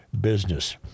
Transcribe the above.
business